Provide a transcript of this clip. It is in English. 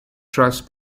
trusts